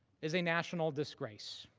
is a national disgrace.